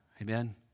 Amen